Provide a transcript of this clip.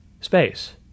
space